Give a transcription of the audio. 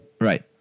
Right